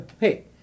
Hey